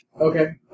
Okay